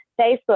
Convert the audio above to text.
Facebook